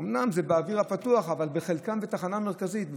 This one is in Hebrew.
אומנם זה באוויר הפתוח, אבל חלקן בתחנה המרכזית.